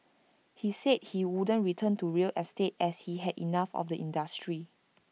he said he wouldn't return to real estate as he had enough of the industry